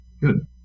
Good